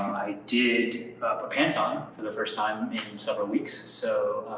i did put pants on for the first time in several weeks. so,